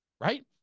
right